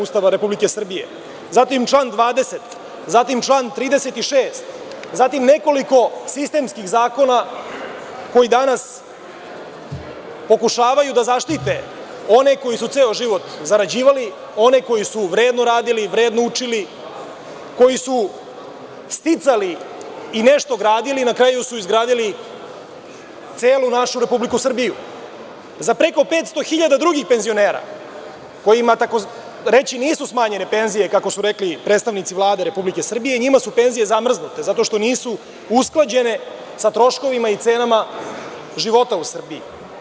Ustava Republike Srbije, član 20, član 36. i nekoliko sistemskih zakona koji danas pokušavaju da zaštite one koji su ceo život zarađivali, koji su vredno radili, učili, koji su sticali i nešto gradili, a na kraju su izgradili celu našu Republiku Srbiju, za preko 500.000 drugih penzionera kojima nisu smanjene penzije, kako su rekli predstavnici Vlade Republike Srbije, njima su penzije zamrznute, zato što nisu usklađene sa troškovima i cenama života u Srbiji.